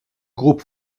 groupe